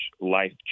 life